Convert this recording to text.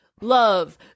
Love